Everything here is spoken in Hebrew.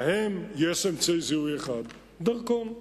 להם יש אמצעי זיהוי אחד: דרכון.